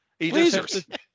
Lasers